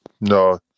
no